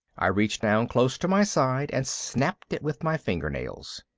i reached down close to my side and snapped it with my fingernails.